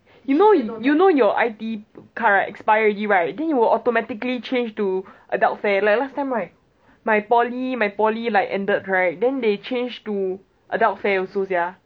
you know you know your I_T_E card right expire already right then you will automatically change to adult fare like last time right my poly my poly like ended right then they change to adult fare also sia